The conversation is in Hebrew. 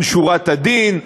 זה לא רק ארגון "שורת הדין",